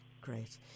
Great